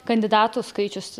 kandidatų skaičius